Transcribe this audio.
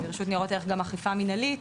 רשות ניירות ערך גם אכיפה מנהלית,